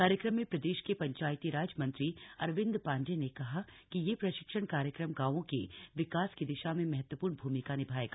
कार्यक्रम में प्रदेश के पंचायतीराज मंत्री अरविन्द पाण्डेय ने कहा कि यह प्रशिक्षण कार्यक्रम गांवों के विकास की दिशा में महत्वपूर्ण भूमिका निभायेगा